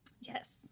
Yes